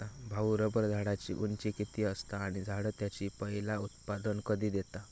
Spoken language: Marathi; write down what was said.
भाऊ, रबर झाडाची उंची किती असता? आणि झाड त्याचा पयला उत्पादन कधी देता?